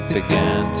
Began